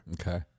Okay